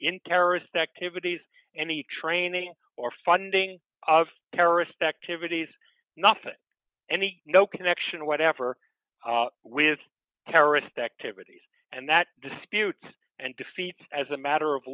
in terrorist activities any training or funding of terrorist activities not any no connection whatever with terrorist activities and that dispute and defeat as a matter of